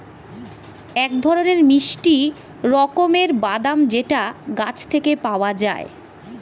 এক ধরনের মিষ্টি রকমের বাদাম যেটা গাছ থেকে পাওয়া যায়